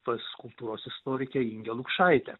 pas kultūros istorikę ingę lukšaitę